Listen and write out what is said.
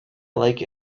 like